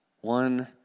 one